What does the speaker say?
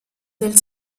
del